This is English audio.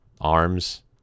Arms